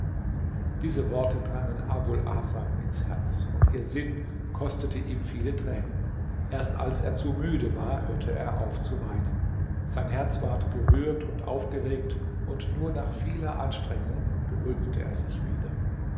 diese worte drangen abul hasan ins herz und ihr sinn kostete ihm viele tränen erst als er zu müde war hörte er auf zu weinen sein herz ward gerührt und aufgeregt und nur nach vieler anstrengung beruhigte er sich wieder